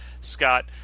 Scott